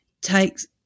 takes –